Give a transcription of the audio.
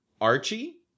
Archie